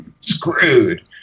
screwed